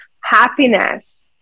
happiness